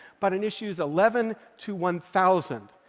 but on issues eleven to one thousand.